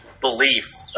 belief